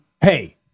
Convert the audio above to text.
hey